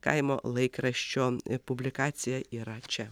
kaimo laikraščio publikacija yra čia